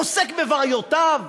עוסק בבעיותיו?